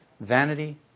vanity